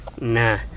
Nah